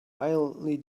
violently